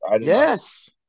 Yes